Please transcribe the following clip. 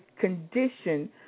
condition